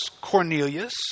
Cornelius